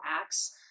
acts